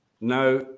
Now